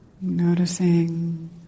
Noticing